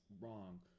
wrong